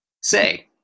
Say